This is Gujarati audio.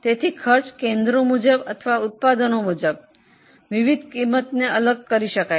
તેથી વિવિધ ખર્ચને ઉત્પાદનો અથવા ખર્ચ કેન્દ્રો મુજબ અલગ કરી શકાય છે